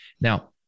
now